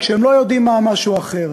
רק שהם לא יודעים מהו המשהו האחר.